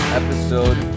episode